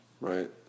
right